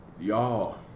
Y'all